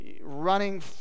running